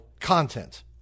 content